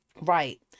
right